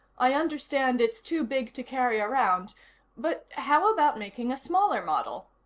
i understand it's too big to carry around but how about making a smaller model?